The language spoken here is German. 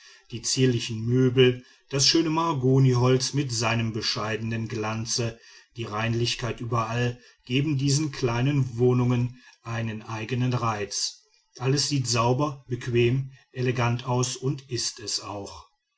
die zierlichen möbel das schöne mahagoniholz mit seinem bescheidenen glanze die reinlichkeit überall geben diesen kleinen wohnungen einen eigenen reiz alles sieht sauber bequem elegant aus und ist es auch